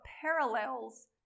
parallels